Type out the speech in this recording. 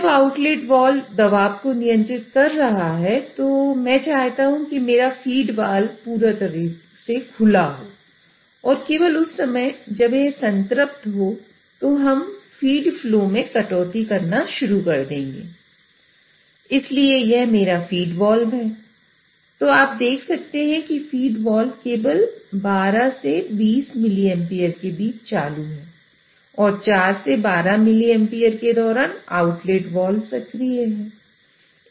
जब outlet valve सक्रिय है